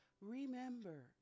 Remember